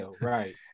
Right